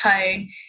tone